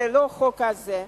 זה לא החוק הזה.